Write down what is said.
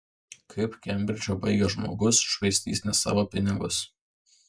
kaip kembridžą baigęs žmogus švaistys ne savo pinigus